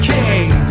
King